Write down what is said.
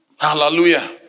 Hallelujah